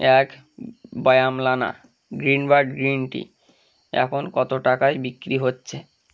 এক বায়ামলানা গ্রিনবার্ড গ্রিন টি এখন কত টাকায় বিক্রি হচ্ছে